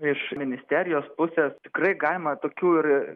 iš ministerijos pusės tikrai galima tokių ir